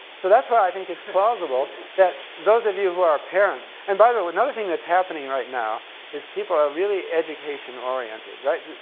so that's why i think it's plausible that those of you who are are parents, and, by the way, another thing that's happening right now is people are really education-oriented, right?